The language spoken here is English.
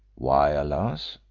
why alas?